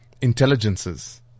intelligences